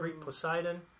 Poseidon